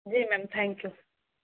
G ma'am thank you